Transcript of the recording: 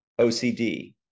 OCD